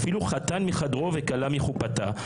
אפילו חתן מחדרו וכלה מחתונתה.